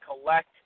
collect